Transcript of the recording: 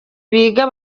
biga